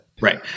Right